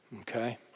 okay